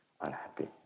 unhappy